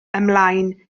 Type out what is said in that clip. ymlaen